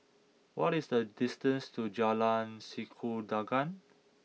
what is the distance to Jalan Sikudangan